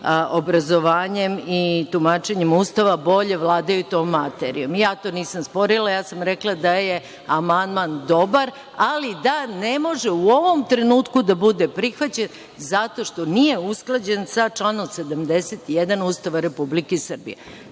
obrazovanjem i tumačenjem Ustava bolje vladaju tom materijom. Ja to nisam sporila, rekla sam da je amandman dobar, ali da ne može u ovom trenutku da bude prihvaćen zato što nije usklađen sa članom 71. Ustava Republike Srbije.